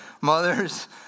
mothers